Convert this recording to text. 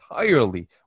entirely